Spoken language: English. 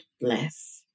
bless